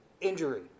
injury